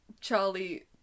Charlie